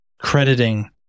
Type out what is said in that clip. crediting